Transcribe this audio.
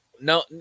No